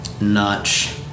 notch